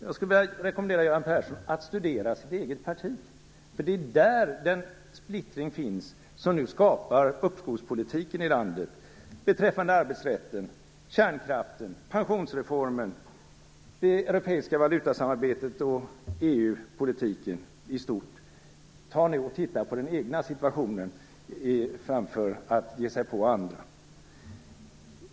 Jag skulle vilja rekommendera Göran Persson att studera sitt eget parti. Det är där den splittring finns som nu skapar uppskovspolitiken i landet beträffande arbetsrätten, kärnkraften, pensionsreformen, det europeiska valutasamarbetet och EU politiken i stort. Titta på den egna situation framför att ge er på andra.